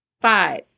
Five